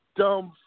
dumb